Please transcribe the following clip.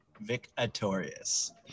victorious